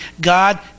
God